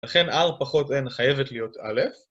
לכן r פחות n חייבת להיות א'